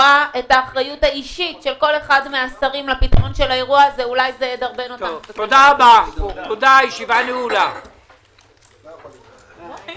ננעלה בשעה 13:15.